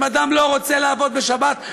אם אדם לא רוצה לעבוד בשבת,